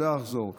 שלא יחזור.